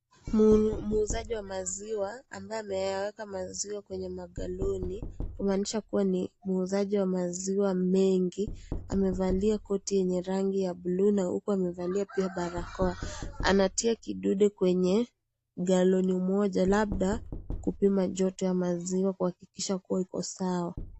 Muuzaji wa maziwa ambaye ameyaweka maziwa kwenye magaloni kumaanisha kuwa ni muuzaji wa maziwa mengi, amevalia koti yenye rangi ya buluu na huku amevalia pia barakoa. Anatia kidude kwenye galoni moja labda kupima joto ya maziwa kuhakikisha kuwa iko sawa.